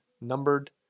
numbered